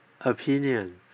opinion